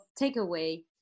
takeaway